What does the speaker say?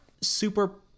super –